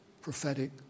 prophetic